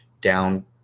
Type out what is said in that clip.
down